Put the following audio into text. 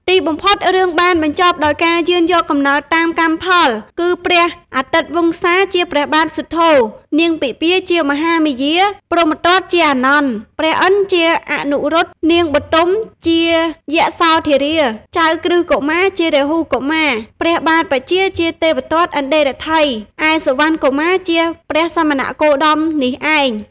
ទីបំផុត រឿងបានបញ្ចប់ដោយការយោនយកកំណើតតាមផលកម្ម គឺព្រះអាទិត្យវង្សាជាព្រះបាទសុទ្ធោន៍ នាងពិម្ពាជាមហាមាយា ព្រហ្មទត្តជាអានន្ន ព្រះឥន្ទជាអនុរុទ្ធ នាងបទុមជាយសោធារា ចៅក្រឹស្នកុមារជារាហុលកុមារ ព្រះបាទបញ្ចាល៍ជាទេវទត្តអន្យតិរ្ថិយ ឯសុវណ្ណកុមារជាព្រះសាមណគោតមនេះឯង។